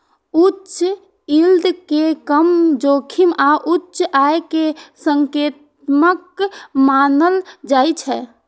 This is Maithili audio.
उच्च यील्ड कें कम जोखिम आ उच्च आय के संकेतक मानल जाइ छै